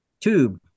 tube